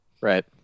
right